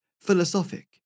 philosophic